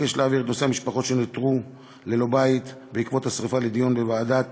אבקש להעביר את נושא המשפחות שנותרו ללא בית בעקבות השרפה לדיון בוועדת